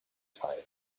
tire